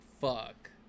fuck